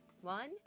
One